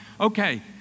okay